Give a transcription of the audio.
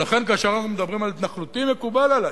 ולכן, כאשר אנחנו מדברים על התנחלותי, מקובל עלי,